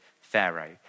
Pharaoh